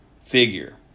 figure